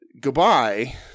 Goodbye